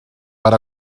per